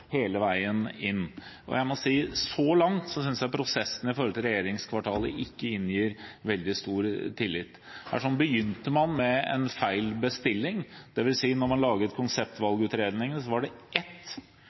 hele veien inn. Jeg må si at så langt synes jeg prosessen rundt regjeringskvartalet ikke inngir veldig stor tillit. Her begynte man med en feil bestilling, dvs. da man laget konseptvalgutredningen, var det ett